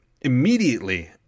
immediately